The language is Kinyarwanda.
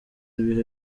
ibihe